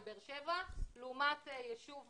היא באר-שבע לעומת יישוב